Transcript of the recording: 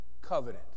Covenant